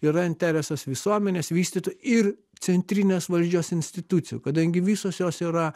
yra interesas visuomenės vystytojų ir centrinės valdžios institucijų kadangi visos jos yra